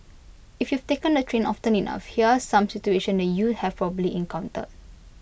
if you've taken the train often enough here are some situation that you'd have probably encountered